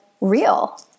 real